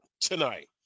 tonight